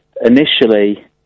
initially